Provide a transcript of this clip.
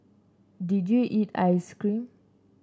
did you eat ice cream